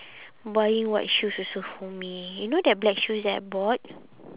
buying white shoes also for me you know that black shoes that I bought